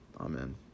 Amen